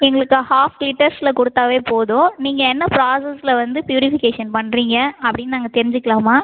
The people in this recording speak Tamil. எங்களுக்கு ஹாஃப் லிட்டர்ஸில் கொடுத்தாவே போதும் நீங்கள் என்ன ப்ராஸஸில் வந்து ப்யூரிஃபிகேஷன் பண்றீங்க அப்படினு நாங்கள் தெரிஞ்சுக்கிலாமா